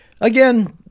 again